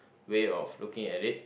way of looking at it